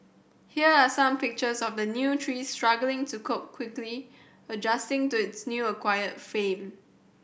here are some pictures of the new tree struggling to cope quickly adjusting to its new acquired fame